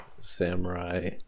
samurai